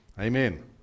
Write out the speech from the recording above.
Amen